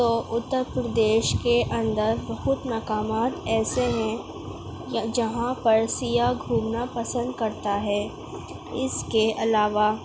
تو اتر پردیش کے اندر بہت مقامات ایسے ہیں جہاں پر سیاح گھومنا پسند کرتا ہے اس کے علاوہ